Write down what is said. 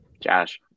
Josh